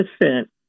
percent